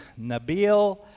Nabil